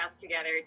together